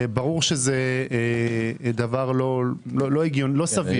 ברור שזה דבר לא סביר.